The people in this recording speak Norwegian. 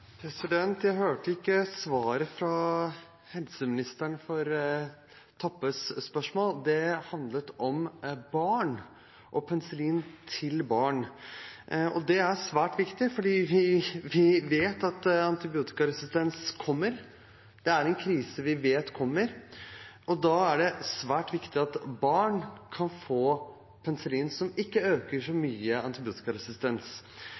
på. Jeg hørte ikke svaret fra helseministeren på Toppes spørsmål. Det handlet om barn og penicillin til barn. Det er svært viktig, for vi vet at antibiotikaresistens kommer. Det er en krise vi vet kommer. Da er det svært viktig at barn kan få penicillin som ikke øker antibiotikaresistens så